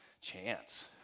chance